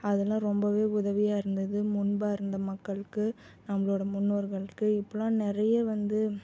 அதெல்லாம் ரொம்ப உதவியாக இருந்தது முன்பு இருந்த மக்களுக்கு நம்மளோட முன்னோர்களுக்கு இப்போலாம் நிறைய வந்து